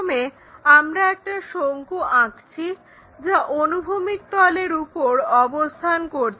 প্রথমে আমরা একটা শঙ্কু আঁকছি যা অনুভূমিক তলের উপর অবস্থান করছে